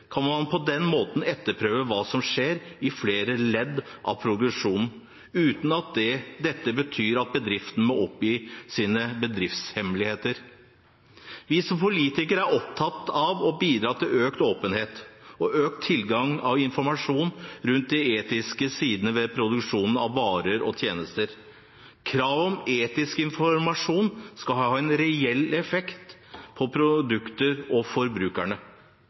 kan man på den måten etterprøve hva som skjer i flere ledd av produksjonen, uten at dette betyr at bedriften må oppgi sine bedriftshemmeligheter. Vi som politikere er opptatt av å bidra til økt åpenhet og økt tilgang av informasjon rundt de etiske sidene ved produksjonen av varer og tjenester. Om kravet om etisk informasjon skal ha en reell effekt på produkter og forbrukerne,